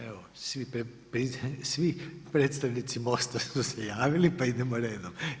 Evo svi predstavnici MOST-a su se javili, pa idemo redom.